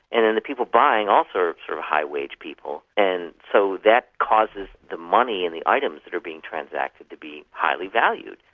and then the people buying also sort of are high wage people, and so that causes the money and the items that are being transacted, to be highly valued.